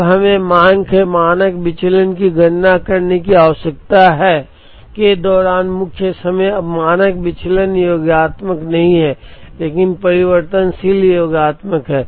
अब हमें मांग के मानक विचलन की गणना करने की आवश्यकता है रिफर स्लाइड टाइम 2925 के दौरान मुख्य समय अब मानक विचलन योगात्मक नहीं हैं लेकिन परिवर्तनशील योगात्मक हैं